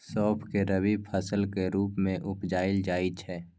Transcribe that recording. सौंफ केँ रबी फसलक रुप मे उपजाएल जाइ छै